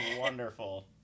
wonderful